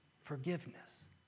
forgiveness